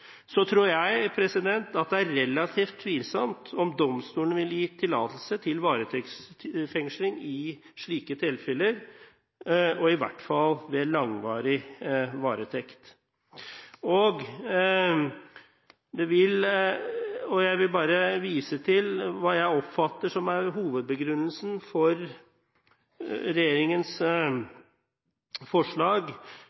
så tror jeg det er relativt tvilsomt om domstolene ville gitt tillatelse til varetektsfengsling i slike tilfeller, i hvert fall ved en langvarig varetekt. Jeg vil også vise til det jeg oppfatter som hovedbegrunnelsen for regjeringens